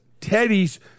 Teddy's